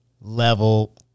level